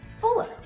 fuller